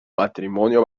matrimonio